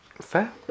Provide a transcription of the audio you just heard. Fair